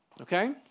Okay